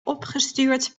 opgestuurd